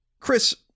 Chris